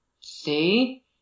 See